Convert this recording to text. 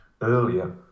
earlier